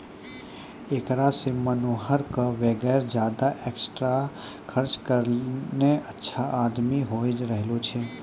हेकरा सॅ मनोहर कॅ वगैर ज्यादा एक्स्ट्रा खर्च करनॅ अच्छा आमदनी होय रहलो छै